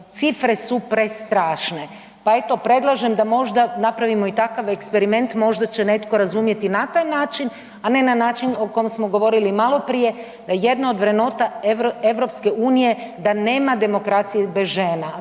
cifre su prestrašne. Pa eto predlažem da možda napravimo i takav eksperiment, možda će netko razumjeti na taj način, a ne na način o kom smo govorili maloprije. Jedno od vrednota EU da nema demokracije bez žena,